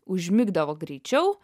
užmigdavo greičiau